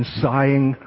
sighing